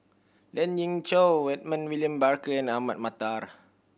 Lien Ying Chow Edmund William Barker and Ahmad Mattar